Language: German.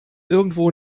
irgendwo